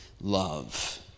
love